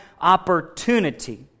opportunity